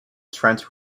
trent